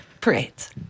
Parades